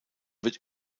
wird